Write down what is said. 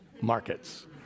markets